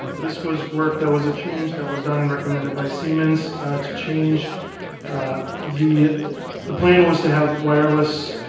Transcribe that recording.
this was work that was a change that was done and recommended by siemens to change the the plan was to have wireless